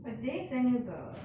but did they send the